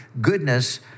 goodness